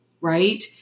right